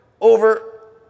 over